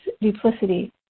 duplicity